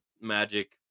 Magic